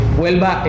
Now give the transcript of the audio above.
vuelva